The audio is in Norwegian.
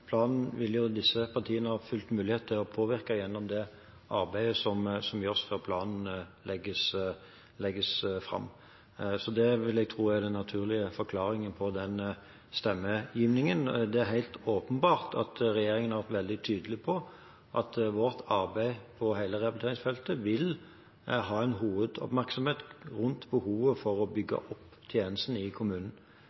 planen vil disse partiene ha full mulighet til å påvirke gjennom det arbeidet som skal gjøres før planen legges fram. Det vil jeg tro er den naturlige forklaringen på den stemmegivningen. Det er helt åpenbart at regjeringen har vært veldig tydelig på at vårt arbeid på hele rehabiliteringsfeltet vil ha oppmerksomheten hovedsakelig rettet mot behovet for å bygge